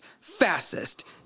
fastest